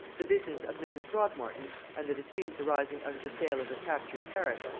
the business of mrs. throgmorton, and the disputes arising out of the sale of the captured carrack,